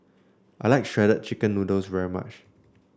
I like Shredded Chicken Noodles very much